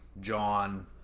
john